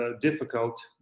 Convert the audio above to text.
difficult